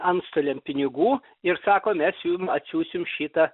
antstoliam pinigų ir sako mes jum atsiųsim šitą